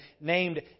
named